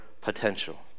potential